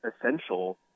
essential